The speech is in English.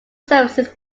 services